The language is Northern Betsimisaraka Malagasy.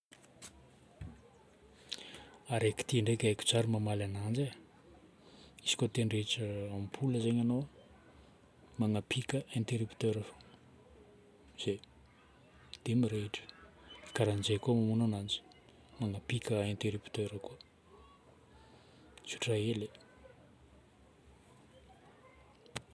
Araika ty ndraika haiko tsara mamaly ananjy e. Izy koa te handrehitra ampoule zaigny anao, magnapika intérrupteur fô, izay, dia mirehitra. Karan'izay koa mamono ananjy, manapika intérrupteur koa.